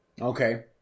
okay